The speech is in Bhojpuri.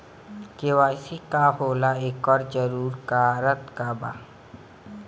के.वाइ.सी का होला एकर जरूरत का होला?